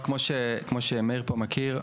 כמו שמאיר פה מכיר,